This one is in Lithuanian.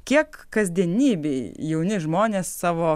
kiek kasdienybėj jauni žmonės savo